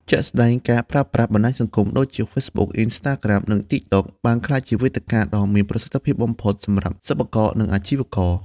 ជាក់ស្ដែង ការប្រើប្រាស់ បណ្ដាញសង្គម ដូចជា Facebook, Instagram, និង TikTok បានក្លាយជាវេទិកាដ៏មានប្រសិទ្ធភាពបំផុតសម្រាប់សិប្បករ និងអាជីវករ។